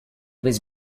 was